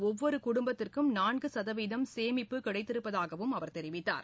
ஒவ்வொரு குடும்பத்திற்கும் நான்கு சதவீதம் சேமிப்பு கிடைத்திருப்பதாகவும் அவர் தெரிவித்தார்